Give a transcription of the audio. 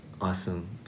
Awesome